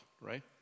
right